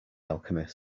alchemist